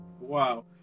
Wow